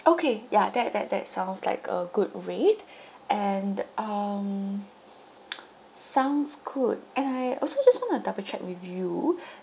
okay ya that that that sounds like a good rate and um sounds good and I also just want to double check with you